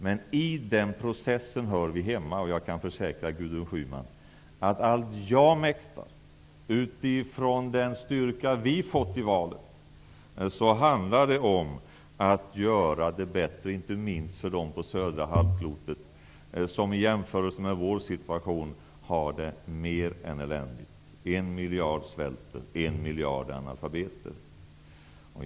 Men vi hör hemma i den processen, och jag kan försäkra Gudrun Schyman att utifrån allt jag mäktar och den styrka som vi fått i valet handlar det om att göra det bättre, inte minst för dem på södra halvklotet som i jämförelse med vår situation har det mer än eländigt, där 1 miljard svälter och 1 miljard är analfabeter.